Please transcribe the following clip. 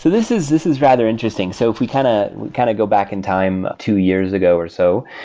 this is this is rather interesting. so if we kind of kind of go back in time two years ago or so,